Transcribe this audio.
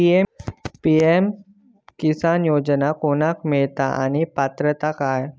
PM किसान योजना ही कोणाक मिळता आणि पात्रता काय?